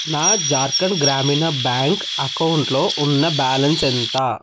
నా జార్ఖండ్ గ్రామీణ బ్యాంక్ అకౌంట్లో ఉన్న బ్యాలన్స్ ఎంత